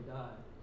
died